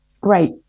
Great